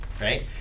right